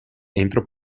entro